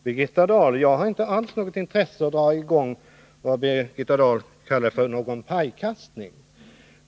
Herr talman! Jag har inte alls något intresse av att dra i gång vad Birgitta Dahl kallar en pajkastning.